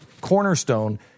cornerstone